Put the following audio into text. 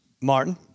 Martin